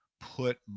put